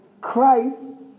Christ